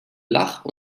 lach